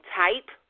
type